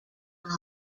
mall